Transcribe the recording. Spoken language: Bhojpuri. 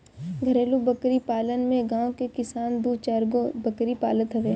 घरेलु बकरी पालन में गांव के किसान दू चारगो बकरी पालत हवे